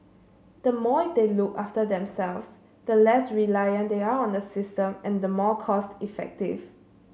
the more they look after themselves the less reliant they are on the system and the more cost effective